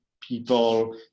people